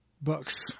books